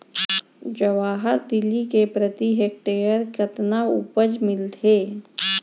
जवाहर तिलि के प्रति हेक्टेयर कतना उपज मिलथे?